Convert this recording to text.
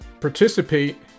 participate